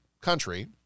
country